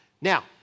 Now